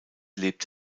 lebt